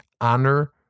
honor